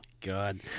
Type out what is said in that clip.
God